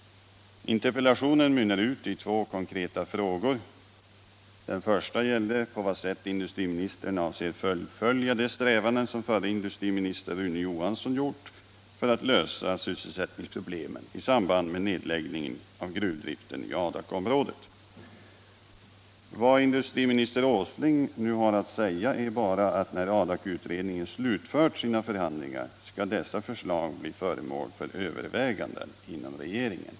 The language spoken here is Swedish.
Interpellationen mynnar ut i två konkreta frågor. Den första frågan gäller på vad sätt industriministern avser fullfölja förre industriministern Rune Johanssons strävanden att lösa sysselsättningsproblemen i samband med nedläggningen av gruvdriften i Adakområdet. Vad industriminister Åsling nu har att säga är bara att när Adakutredningen slutfört sina förhandlingar skall dess förslag bli föremål för överväganden inom regeringen.